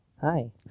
Hi